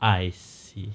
I see